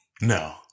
No